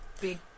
Big